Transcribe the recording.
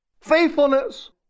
Faithfulness